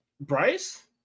Bryce